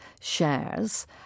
shares